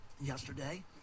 yesterday